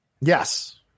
yes